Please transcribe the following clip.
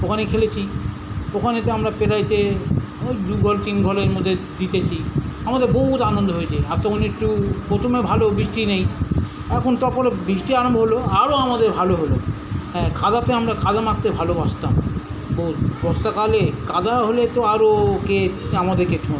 ওখানে খেলেছি তো ওখানেতে আমরা প্রায় ওই দু বল তিন বলের মধ্যে জিতেছি আমাদের বহুত আনন্দ হয়েছে প্রথমে ভালো বৃষ্টি নেই প্রথম তারপরে বৃষ্টি আরম্ভ হলো আরো আমাদের ভালো হলো হ্যাঁ কাদাতে আমরা কাদা মাখতে ভালোবাসতাম ও বর্ষাকালে কাদা হলে তো আরো কে আমাদেরকে ছোঁয়